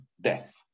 death